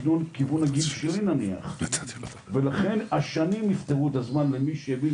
אני מדבר על אזור הגיל שלי נניח ולכן השנים יפתרו את הזמן למי שיבין,